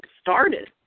started